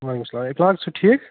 وعلیکم السلام اِخلاق ژٕ چھُکھ ٹھیٖک